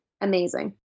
amazing